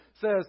says